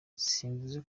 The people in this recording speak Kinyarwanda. simvuze